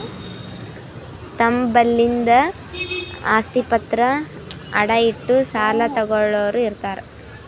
ತಮ್ ಬಲ್ಲಿಂದ್ ಆಸ್ತಿ ಪತ್ರ ಅಡ ಇಟ್ಟು ಸಾಲ ತಗೋಳ್ಳೋರ್ ಇರ್ತಾರ